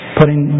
putting